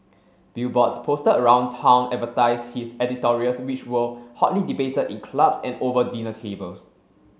billboards posted around town advertised his editorials which were hotly debated in clubs and over dinner tables